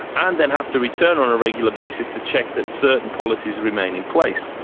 and then have to return on a regular basis to check that certain policies remain in place.